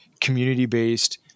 community-based